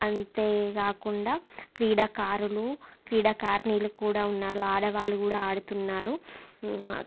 అంతేగాకుండా క్రీడాకారులు క్రీడాకారినిలు కూడా ఉన్నారు ఆడవాళ్ళు కూడా ఆడుతున్నారు